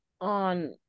on